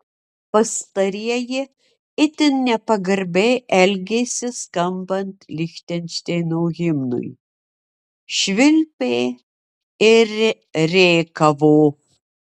pastarieji itin nepagarbiai elgėsi skambant lichtenšteino himnui švilpė ir rėkavo